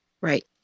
Right